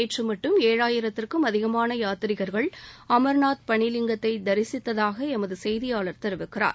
நேற்று மட்டும் ஏழாயிரத்திற்கும் அதிகமாள யாத்ரீகர்கள் அமர்நாத் பளி லிங்கத்தை தரிசித்ததாக எமது செய்தியாளர் தெரிவிக்கிறார்